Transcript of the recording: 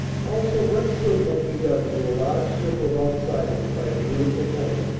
also much good might be done to a large circle of outsiders by a beautiful home.